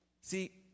See